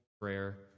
prayer